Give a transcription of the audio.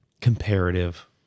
comparative